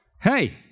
hey